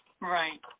Right